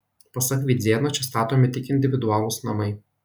pasak vidzėno čia statomi tik individualūs namai